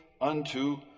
unto